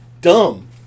Dumb